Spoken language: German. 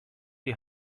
die